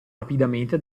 rapidamente